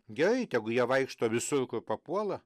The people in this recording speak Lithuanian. gerai tegu jie vaikšto visur kur papuola